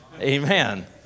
Amen